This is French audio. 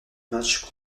match